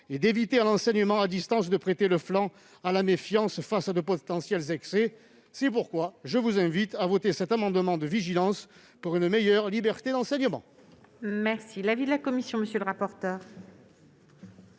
et d'éviter que l'enseignement à distance ne suscite la méfiance face à de potentiels excès. C'est pourquoi je vous invite à voter cet amendement de vigilance pour une meilleure liberté d'enseignement ! Quel est l'avis de la commission de la culture